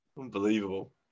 Unbelievable